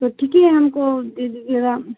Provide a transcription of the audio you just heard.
تو ٹھیک ہم کو دییرا